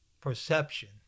perception